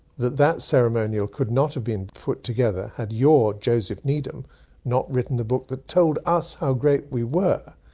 that that ceremony ah could not have been put together had your joseph needham not written the book which told us how great we were.